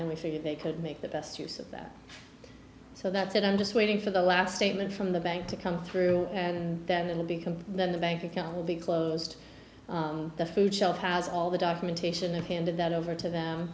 and we figured they could make the best use of that so that said i'm just waiting for the last statement from the bank to come through and then it will become then the bank account will be closed the food shelf has all the documentation and handed that over to them